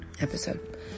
episode